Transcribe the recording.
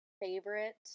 favorite